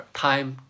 time